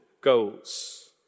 goals